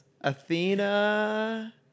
Athena